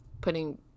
putting